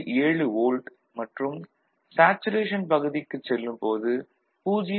7 volt மற்றும் saturation பகுதிக்குச் செல்லும் போது 0